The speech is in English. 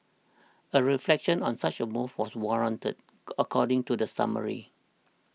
a reflection on such a move was warranted according to the summary